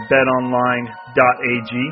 BetOnline.ag